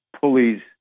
pulleys